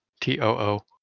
T-O-O